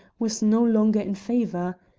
was no longer in favour!